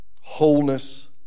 wholeness